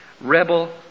rebel